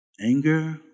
Anger